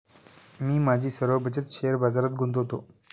मी माझी सर्व बचत शेअर बाजारात गुंतवतो